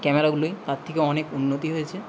ক্যামেরাগুলোয় তার থেকে অনেক উন্নতি হয়েছে